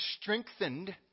strengthened